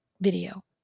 video